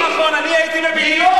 אני הייתי בבילעין.